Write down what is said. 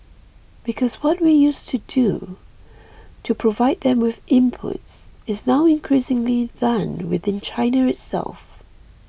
because what we used to do to provide them with inputs is now increasingly done within China itself